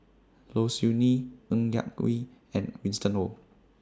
Low Siew Nghee Ng Yak Whee and Winston Oh